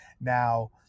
Now